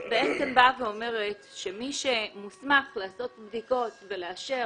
בעצם אומרת שמי שמוסמך לעשות בדיקות ולאשר